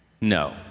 no